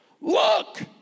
Look